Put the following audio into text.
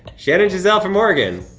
shannon giselle from oregon.